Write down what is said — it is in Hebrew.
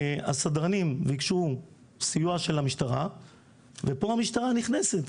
הסדרנים ביקשו סיוע של המשטרה ופה המשטרה נכנסת.